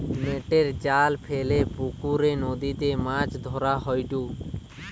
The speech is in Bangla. নেটের জাল ফেলে পুকরে, নদীতে মাছ ধরা হয়ঢু